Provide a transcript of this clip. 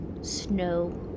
snow